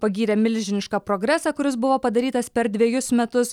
pagyrė milžinišką progresą kuris buvo padarytas per dvejus metus